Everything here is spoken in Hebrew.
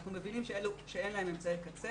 אנחנו מבינים שאלה שאין להם אמצעי קצה